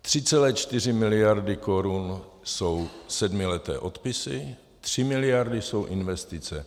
Tři celé čtyři miliardy korun jsou sedmileté odpisy, tři miliardy jsou investice.